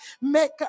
make